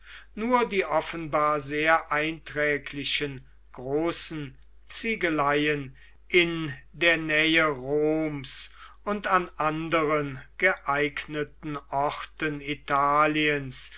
nur die offenbar sehr einträglichen großen ziegeleien in der nähe roms und an anderen geeigneten orten italiens